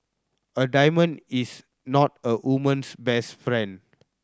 a diamond is not a woman's best friend